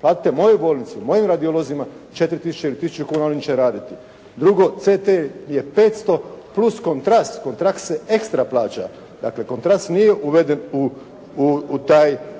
Platite mojoj bolnici, mojim radiolozima 4000 ili 1000 kuna oni će raditi. Drugo, CT je 500 plus kontrast. Kontrast se extra plaća. Dakle, kontrast nije uveden